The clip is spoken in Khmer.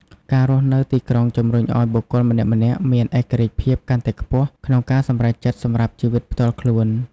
ការរស់នៅទីក្រុងជំរុញឱ្យបុគ្គលម្នាក់ៗមានឯករាជ្យភាពកាន់តែខ្ពស់ក្នុងការសម្រេចចិត្តសម្រាប់ជីវិតផ្ទាល់ខ្លួន។